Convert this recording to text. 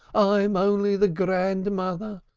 i am only the grandmother,